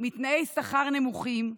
מתנאי שכר נמוכים,